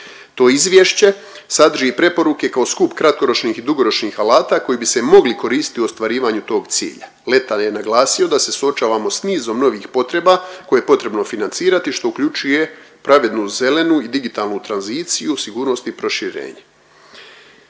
To izvješće sadrži preporuke kao skup kratkoročnih i dugoročnih alata koji bi se mogli koristiti u ostvarivanju tog cilja. Letta je naglasio da se suočavamo s nizom novih potreba koje je potrebno financirati što uključuje pravednu zelenu i digitalnu tranziciju, sigurnost i proširenje.